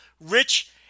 Rich